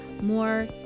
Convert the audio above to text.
more